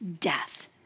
death